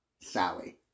Sally